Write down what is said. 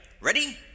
Ready